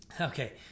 okay